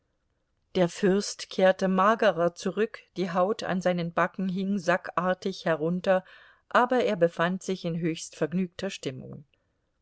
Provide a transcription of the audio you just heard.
der fürst kehrte magerer zurück die haut an seinen backen hing sackartig herunter aber er befand sich in höchst vergnügter stimmung